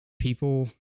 People